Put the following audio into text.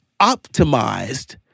optimized